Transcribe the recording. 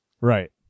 Right